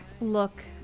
look